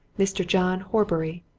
mr. john horbury,